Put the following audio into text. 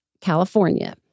California